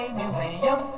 museum